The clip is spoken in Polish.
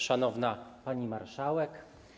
Szanowna Pani Marszałek!